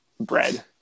bread